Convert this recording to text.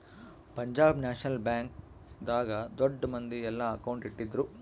Punjab National Bank ದಾಗ ದೊಡ್ಡ ಮಂದಿ ಯೆಲ್ಲ ಅಕೌಂಟ್ ಇಟ್ಟಿದ್ರು